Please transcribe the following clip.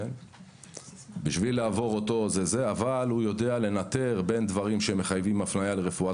הוא יודע לנטר בין דברים שמחייבים הפנייה לרפואה